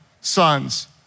sons